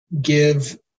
give